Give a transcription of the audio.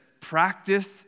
practice